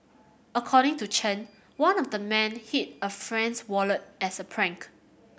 according to Chen one of the men hid a friend's wallet as a prank